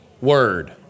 word